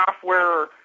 software